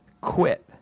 quit